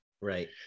Right